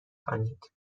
خوانید